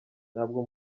ntabwo